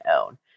own